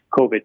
COVID